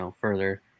further